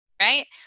right